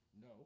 No